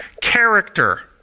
character